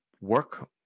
work